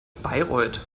bayreuth